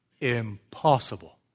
Impossible